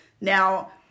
Now